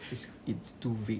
it's it's too vague